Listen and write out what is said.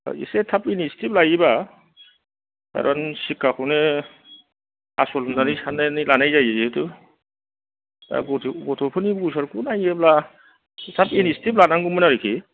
एसे थाब इनिसिटिभ लायोबा खारन शिख्खाखौनो आसल होन्नानै सान्नानै लानाय जायो जिहेथु दा गथ' गथ'फोरनि बबिसथखौ नाइयोब्ला थाब इनिसिटिभ लानांगौमोन आरोखि